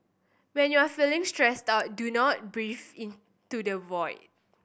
when you are feeling stressed out do not breathe into the void